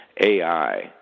AI